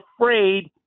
afraid